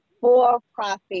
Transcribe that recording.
for-profit